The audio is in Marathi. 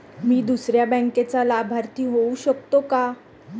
मी दुसऱ्या बँकेचा लाभार्थी होऊ शकतो का?